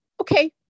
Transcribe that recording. Okay